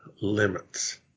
limits